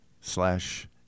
slash